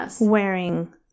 wearing